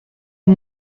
amb